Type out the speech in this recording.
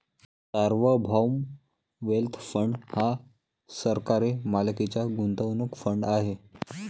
सार्वभौम wealth fund हा सरकारी मालकीचा गुंतवणूक फंड आहे